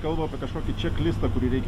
kalba apie kažkokį čeklistą kurį reikia